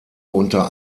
unter